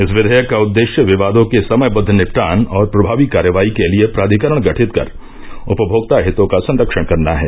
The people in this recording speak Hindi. इस विधेयक का उद्देश्य विवादों के समयबद्ध निपटान और प्रभावी कार्रवाई के लिए प्राधिकरण गठित कर उपभोक्ता हितों का संरक्षण करना है